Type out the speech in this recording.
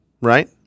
right